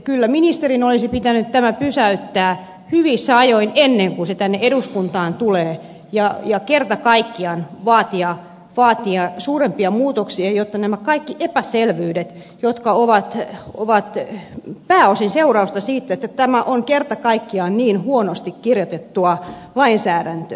kyllä ministerin olisi pitänyt tämä pysäyttää hyvissä ajoin ennen kuin se tänne eduskuntaan tuli ja kerta kaikkiaan vaatia suurempia muutoksia näihin kaikkiin epäselvyyksiin jotka ovat pääosin seurausta siitä että tämä on kerta kaikkiaan niin huonosti kirjoitettua lainsäädäntöä